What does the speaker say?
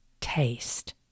taste